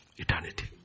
Eternity